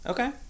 Okay